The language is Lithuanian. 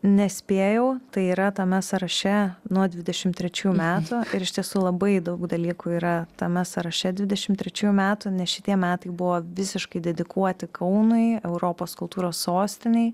nespėjau tai yra tame sąraše nuo dvidešim trečių metų ir iš tiesų labai daug dalykų yra tame sąraše dvidešim trečiųjų metų nes šitie metai buvo visiškai dedikuoti kaunui europos kultūros sostinei